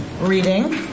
reading